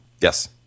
Yes